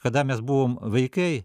kada mes buvom vaikai